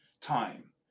Time